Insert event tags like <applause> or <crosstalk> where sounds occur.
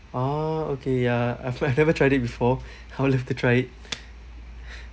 ah okay ya I've <laughs> I've never tried it before <breath> I'll love to try it <breath>